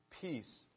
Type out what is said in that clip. peace